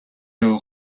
яваа